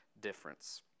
difference